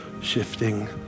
shifting